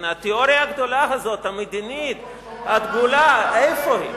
התיאוריה הגדולה הזאת, המדינית, הדגולה, איפה היא?